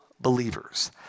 believers